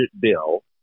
bill